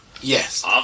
yes